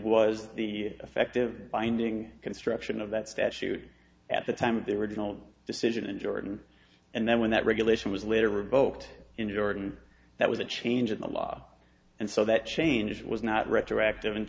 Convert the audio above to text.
was the effective binding construction of that statute at the time of the original decision in jordan and then when that regulation was later revoked in jordan that was a change in the law and so that change was not retroactive and